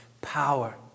power